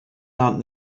aunt